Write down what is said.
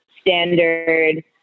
Standard